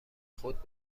خود